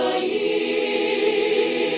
a